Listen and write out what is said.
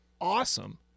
awesome